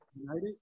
United